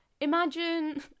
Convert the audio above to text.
imagine